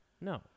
No